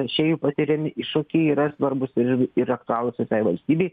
vežėjų patiriami iššūkiai yra svarbūs ir ir aktualūs ir tai valstybei